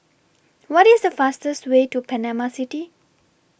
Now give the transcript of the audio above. What IS The fastest Way to Panama City